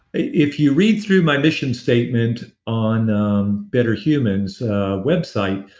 if you read through my mission statement on betterhumans' website,